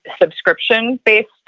subscription-based